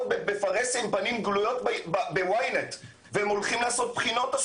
בפרהסיה בפנים גלויות ב-YNET והסטודנטים הולכים לעשות בחינות.